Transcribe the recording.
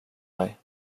mig